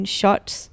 shots